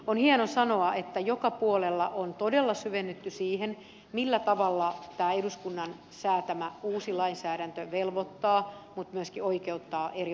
on hienoa sanoa että joka puolella on todella syvennytty siihen millä tavalla tämä eduskunnan säätämä uusi lainsäädäntö velvoittaa mutta myöskin oikeuttaa eri osapuolia